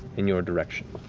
in your direction,